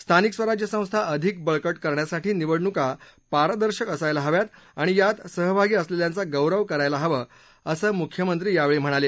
स्थानिक स्वराज्य संस्था अधिक बळकट करण्यासाठी निवडणुका पारदर्शक असायला हव्यात आणि यात सहभागी असलेल्यांचा गौरव करायला हवा असं मुख्यमंत्री यावेळी म्हणाले